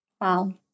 Wow